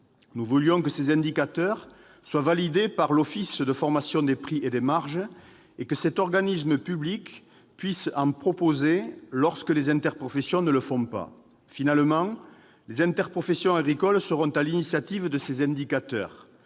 Nous voulions que ces indicateurs soient validés par l'Observatoire de la formation des prix et des marges et que cet organisme public puisse en proposer lorsque les interprofessions ne le font pas. En définitive, les interprofessions agricoles seront à l'initiative de ces indicateurs,